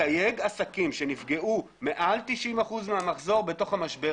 לתייג עסקים שנפגעו מעל 90 אחוזים מהמחזור בתוך המשבר